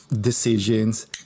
decisions